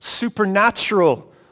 Supernatural